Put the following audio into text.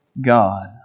God